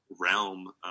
realm